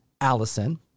Allison